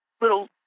little